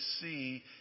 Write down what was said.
see